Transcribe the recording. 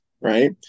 Right